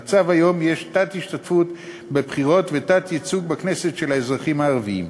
במצב היום יש תת-השתתפות בבחירות ותת-ייצוג בכנסת של האזרחים הערבים.